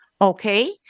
Okay